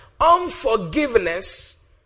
unforgiveness